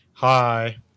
Hi